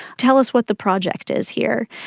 tell us what the project is here.